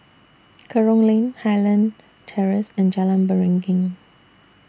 Kerong Lane Highland Terrace and Jalan Beringin